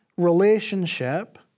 relationship